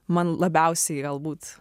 man labiausiai galbūt